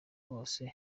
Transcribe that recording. bose